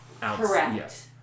Correct